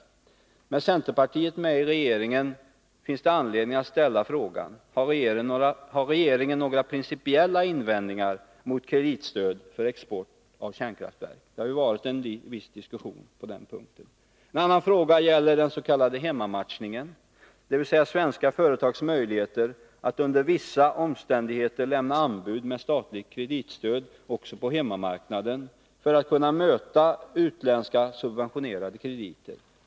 Med tanke på att centerpartiet är med i regeringen finns det anledning att ställa frågan: Har regeringen några principiella invändningar mot kreditstöd för export av kärnkraftverk? Det har ju varit viss diskussion på den punkten. En annan fråga gäller den s.k. hemmamatchningen, dvs. svenska företags möjligheter att under vissa omständigheter lämna anbud med statligt kreditstöd också på hemmamarknaden, för att kunna möta utländska subventionerade krediter.